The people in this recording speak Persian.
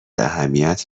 اهمیت